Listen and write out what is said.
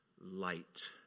light